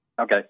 Okay